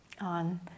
on